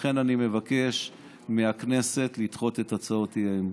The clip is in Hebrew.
לכן אני מבקש מהכנסת לדחות את הצעות האי-אמון.